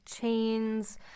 chains